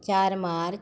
चार मार्च